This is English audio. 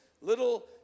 little